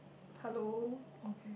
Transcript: hello okay